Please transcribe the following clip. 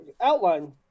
outline